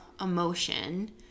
emotion